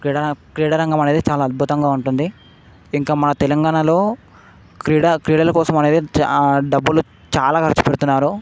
క్రీడా క్రీడారంగం అనేది అద్భుతంగా ఉంటుంది ఇంకా మా తెలంగాణాలో క్రీడా క్రీడల కోసం అనేది చాలా డబ్బులు చాలా ఖర్చుపెడుతున్నారు